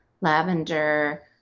lavender